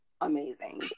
amazing